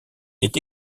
est